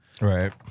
Right